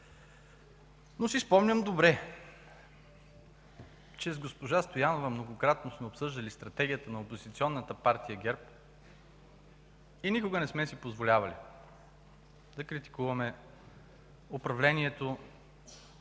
ДПС.) Спомням си добре, че с госпожа Стоянова многократно сме обсъждали стратегията на опозиционната партия ГЕРБ и никога не сме си позволявали да критикуваме управлението